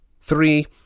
Three